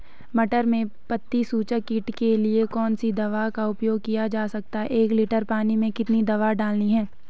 मटर में पत्ती चूसक कीट के लिए कौन सी दवा का उपयोग किया जा सकता है एक लीटर पानी में कितनी दवा डालनी है?